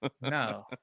No